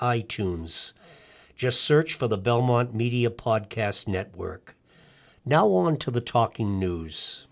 tunes just search for the belmont media podcast network now on to the talking news